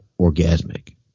orgasmic